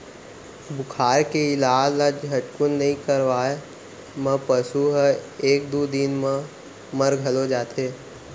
बुखार के इलाज ल झटकुन नइ करवाए म पसु ह एक दू दिन म मर घलौ जाथे